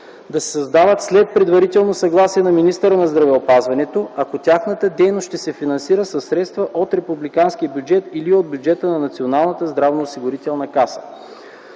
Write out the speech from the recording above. да се създават след предварително съгласие на министъра на здравеопазването, ако тяхната дейност ще се финансира със средства от републиканския бюджет или от бюджета на Националната здравноосигурителна каса;